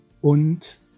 und